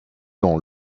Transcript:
dans